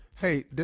Hey